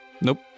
Nope